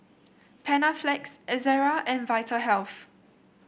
Panaflex Ezerra and Vitahealth